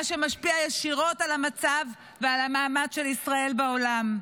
מה שמשפיע ישירות על המצב ועל המעמד של ישראל בעולם.